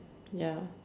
ya